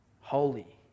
Holy